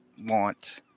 want